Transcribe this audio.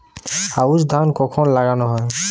আউশ ধান কখন লাগানো হয়?